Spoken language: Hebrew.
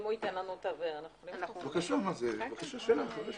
הוא ייתן לנו --- בבקשה, זאת בקשה שלך.